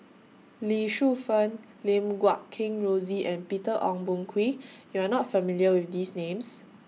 Lee Shu Fen Lim Guat Kheng Rosie and Peter Ong Boon Kwee YOU Are not familiar with These Names